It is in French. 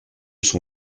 son